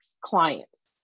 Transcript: clients